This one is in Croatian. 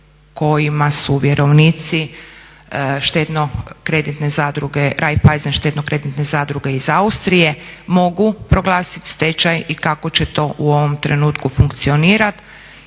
zadruge Raiffeisen štedno-kreditne zadruge iz Austrije mogu proglasit stečaj i kako će to u ovom trenutku funkcionirati